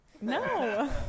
No